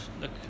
look